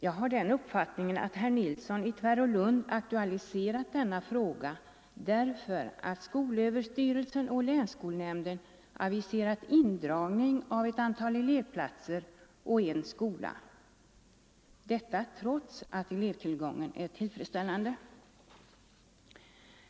Jag har den uppfattningen att herr Nilsson i Tvärålund aktualiserat denna fråga därför att skolöverstyrelsen och länsskolnämnden aviserat indragning av ett antal elevplatser och en skola — detta trots att elevtillgången är tillfredsställande.